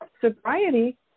sobriety